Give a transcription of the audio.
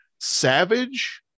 savage